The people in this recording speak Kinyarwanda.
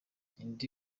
indi